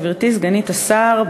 גברתי סגנית השר,